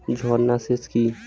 ঝর্না সেচ কি?